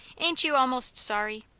ain't you almost sorry?